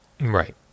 Right